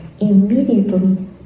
immediately